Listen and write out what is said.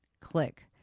click